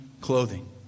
clothing